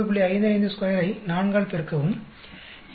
552 ஐ 4 ஆல் பெருக்கவும் 20